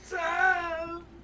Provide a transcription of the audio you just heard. time